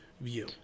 view